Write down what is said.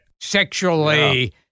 sexually